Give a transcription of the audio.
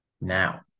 now